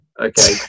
Okay